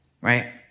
right